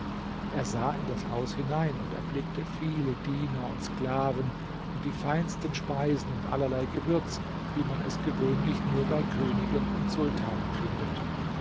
er sah in das haus hinein und erblickte viele diener und sklaven und die feinsten speisen und allerlei gewürz wie man es gewöhnlich nur bei königen und sultanen findet